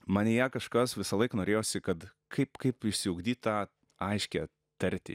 manyje kažkas visąlaik norėjosi kad kaip kaip išsiugdyt tą aiškią tartį